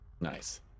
Nice